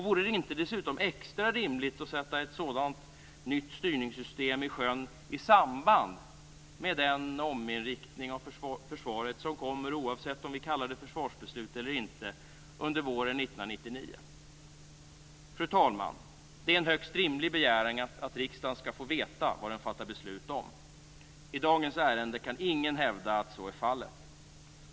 Vore det inte dessutom extra rimligt att sätta ett sådant nytt styrningssystem i sjön i samband med den ominriktning av försvaret som kommer under våren 1999, oavsett om vi kallar det försvarsbeslut eller inte? Fru talman! Det är en högst rimlig begäran att riksdagen skall få veta vad den fattar beslut om. I dagens ärende kan ingen hävda att så är fallet.